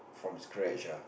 from scratch ah